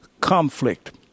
conflict